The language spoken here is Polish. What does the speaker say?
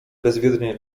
bezwiednie